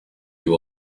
you